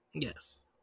Yes